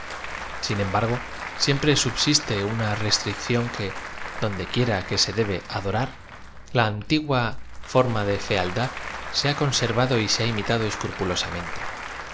em bargo siempre subsiste una restríe ción que dondequiera que se debe adorar la antigua forma de fealdad se ha conservado y se ha imitado